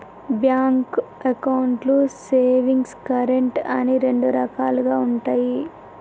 bank అకౌంట్లు savings, current అని రెండు రకాలుగా ఉంటయి